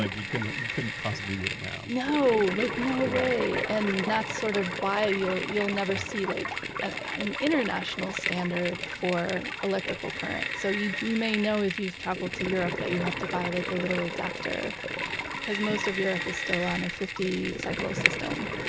like you couldn't you couldn't possibly do it now. no. like no way! and that's sort of why you'll you'll never see like an an international standard for electrical currents. so you you may know if you've traveled to europe that you have to buy like a little adapter because most of europe is still on a fifty cycle system.